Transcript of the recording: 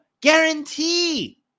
guarantee